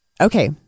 Okay